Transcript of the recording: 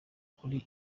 kuri